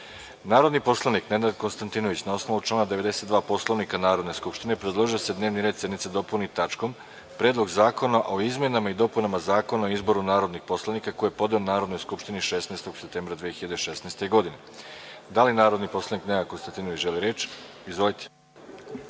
predlog. Narodni poslanik Nenad Konstantinović, na osnovu člana 92. Poslovnika Narodne skupštine, predložio je da se dnevni red sednice dopuni tačkom – Predlog zakona o izmenama i dopunama Zakona o porezu na imovinu, koji je podneo Narodnoj skupštini 16. septembra 2016. godine. Da li narodni poslanik Nenad Konstantinović želi reč? (Da)Izvolite.